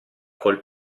col